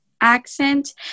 accent